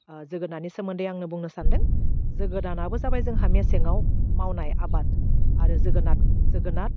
ओह जोगोनाथनि सोमोन्दै आंनो बुंनो सानदों जोगोनारआबो जाबाय जोंहा मेसेंआव मावनाय आबाद आरो जोगोनाथ जोगोनाथ